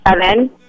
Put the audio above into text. seven